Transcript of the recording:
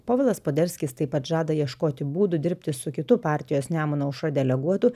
povilas poderskis taip pat žada ieškoti būdų dirbti su kitu partijos nemuno aušra deleguotu